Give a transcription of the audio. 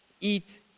eat